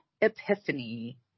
Epiphany